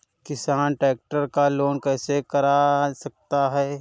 किसान ट्रैक्टर का लोन कैसे करा सकता है?